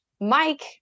Mike